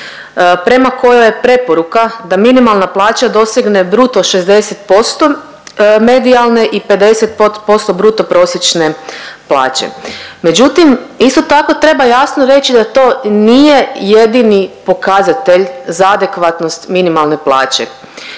prema kojoj je preporuka da minimalna plaća dosegne bruto 60% medijalne i 50% bruto prosječne plaće. Međutim, isto tako treba jasno reći da to nije jedini pokazatelj za adekvatnost minimalne plaće,